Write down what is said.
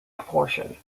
portion